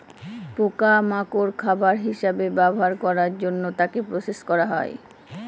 পোকা মাকড় খাবার হিসেবে ব্যবহার করার জন্য তাকে প্রসেস করা হয়